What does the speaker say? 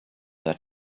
that